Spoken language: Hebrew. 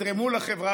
יתרמו לחברה,